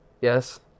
Yes